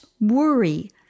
worry